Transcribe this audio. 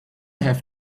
have